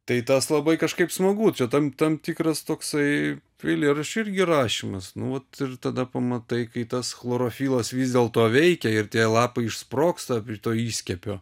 tai tas labai kažkaip smagu čia tam tam tikras toksai eilėraščio irgi rašymas nu vat ir tada pamatai kaip tas chlorofilas vis dėlto veikia ir tie lapai išsprogsta to įskiepio